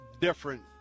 different